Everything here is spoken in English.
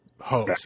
hose